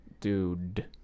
Dude